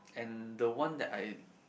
and the one that I